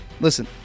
Listen